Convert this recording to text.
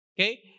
Okay